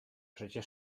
przecie